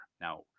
Now